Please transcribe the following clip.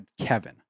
Kevin